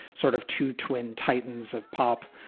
sort of two twin titans of pop